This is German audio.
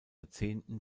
jahrzehnten